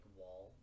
wall